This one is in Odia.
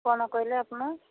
କ'ଣ କହିଲେ ଆପଣ